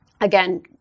again